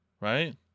Right